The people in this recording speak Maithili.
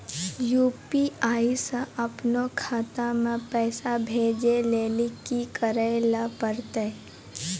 यू.पी.आई से अपनो खाता मे पैसा भेजै लेली कि करै पड़तै?